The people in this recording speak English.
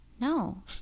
No